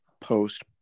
post